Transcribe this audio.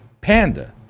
panda